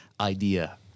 idea